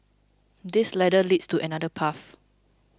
this ladder leads to another path